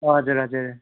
हजुर हजुर